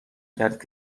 کرد